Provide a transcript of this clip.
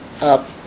up